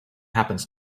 happens